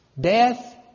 Death